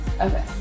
Okay